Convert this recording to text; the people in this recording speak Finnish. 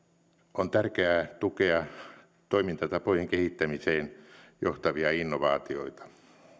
on tärkeää tukea toimintatapojen kehittämiseen johtavia innovaatioita